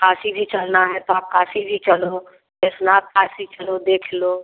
काशी भी चलना है तो आप काशी भी चलो विश्वनाथ काशी चलो देख लो